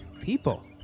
people